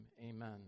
Amen